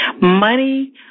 Money